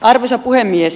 arvoisa puhemies